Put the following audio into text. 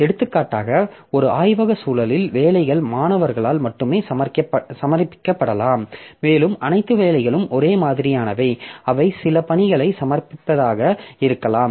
எடுத்துக்காட்டாக ஒரு ஆய்வக சூழலில் வேலைகள் மாணவர்களால் மட்டுமே சமர்ப்பிக்கப்படலாம் மேலும் அனைத்து வேலைகளும் ஒரே மாதிரியானவை அவை சில பணிகளைச் சமர்ப்பிப்பதாக இருக்கலாம்